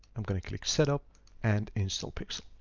i'm going to click setup and install pixel.